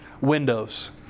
windows